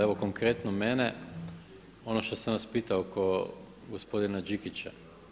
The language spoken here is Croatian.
Evo konkretno mene ono što sam vas pitao oko gospodina Đikića.